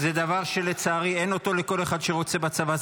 זה דבר שלצערי אין אותו לכל אחד שרוצה בצבא.